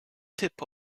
tip